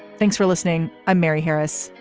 thanks for listening. i'm mary harris.